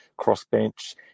crossbench